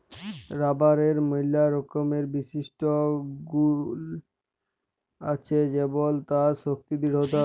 রাবারের ম্যালা রকমের বিশিষ্ট গুল আছে যেমল তার শক্তি দৃঢ়তা